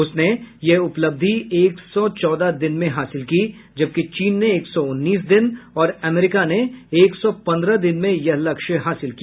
उसने यह उपलब्धि एक सौ चौदह दिन में हासिल की जबकि चीन ने एक सौ उन्नीस दिन और अमरीका ने एक सौ पंद्रह दिन में यह लक्ष्य हासिल किया